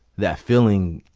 that feeling,